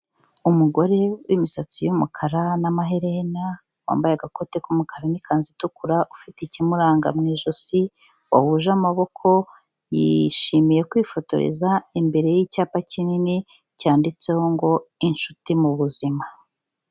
Umugore w'imisatsi y'umukara n'amaherena, wambaye agakote k'umukara n'ikanzu itukura ufite ikimuranga mu ijosi wa huje amaboko yishimiye kwifotoreza imbere y'icyapa kinini cyanditseho ngo inshuti mu buzima.